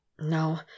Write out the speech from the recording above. No